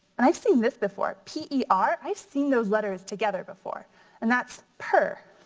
and i've seen this before, p e r. i've seen those letters together before and that's per.